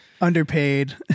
underpaid